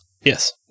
Yes